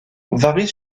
varie